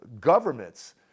Governments